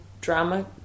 drama